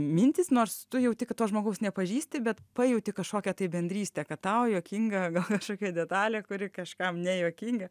mintys nors tu jauti kad to žmogaus nepažįsti bet pajauti kažkokią tai bendrystę kad tau juokinga gal kažkokia detalė kuri kažkam nejuokinga